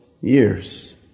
years